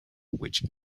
which